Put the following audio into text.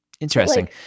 Interesting